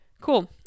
Cool